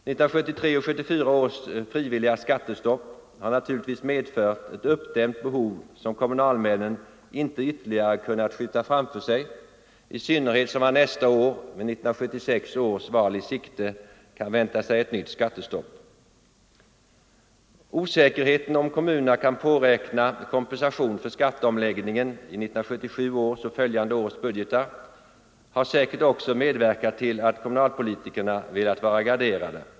Skattestoppet 1973 och 1974 har naturligtvis medfört ett uppdämt behov, som kommunalmännen inte ytterligare kunnat skjuta framför sig, i synnerhet som man nästa år, med 1976 års val i sikte, kan vänta sig ett nytt skattestopp. Osäkerheten om kommunerna kan påräkna kompensation för skatteomläggningen i 1977 års och följande års budgetar har säkert också medverkat till att kommunalpolitikerna velat vara garderade.